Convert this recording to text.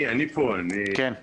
עכשיו שומעים.